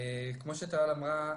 כמו שטלל אמרה,